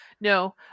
No